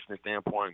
standpoint